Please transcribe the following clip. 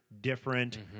different